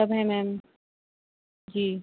सब हैं मैम जी